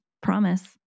promise